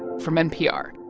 from npr